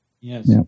Yes